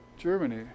Germany